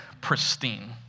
pristine